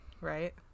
Right